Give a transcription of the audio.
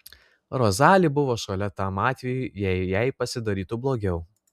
rozali buvo šalia tam atvejui jei jai pasidarytų blogiau